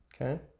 Okay